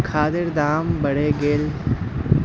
खादेर दाम बढ़े गेल छे